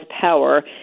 power